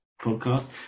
podcast